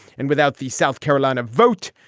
and without the south carolina vote,